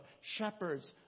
shepherds